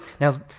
Now